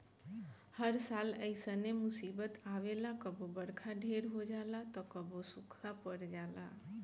हर साल ऐइसने मुसीबत आवेला कबो बरखा ढेर हो जाला त कबो सूखा पड़ जाला